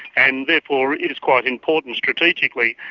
and therefore it is quite important strategically.